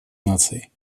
наций